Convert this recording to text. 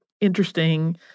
interesting